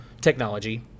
Technology